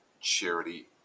charity